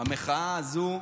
המחאה הזו,